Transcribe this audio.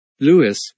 Lewis